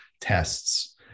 tests